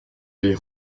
les